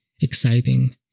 exciting